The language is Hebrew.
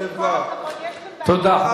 תודה.